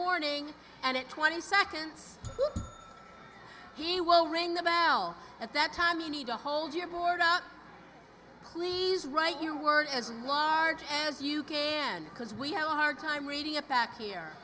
warning and at twenty seconds he will ring the bell at that time you need to hold your board out please write your words as large as you can because we have a hard time reading a pack here